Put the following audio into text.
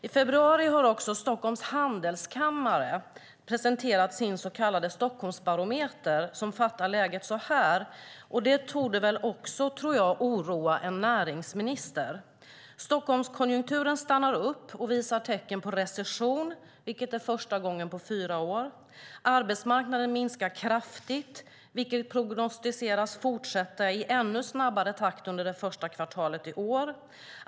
I februari har Stockholms handelskammare presenterat sin så kallade Stockholmsbarometer, som sammanfattar läget så här, vilket också torde oroa en näringsminister: "Stockholmskonjunkturen stannar upp och visar tecken på recession" - vilket är första gången på fyra år. "Arbetsmarknaden minskar kraftigt . vilket prognostiseras att fortsätta i ännu snabbare takt under första kvartalet.